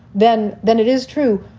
then then it is true.